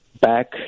back